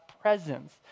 presence